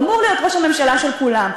הוא אמור להיות ראש הממשלה של כולם.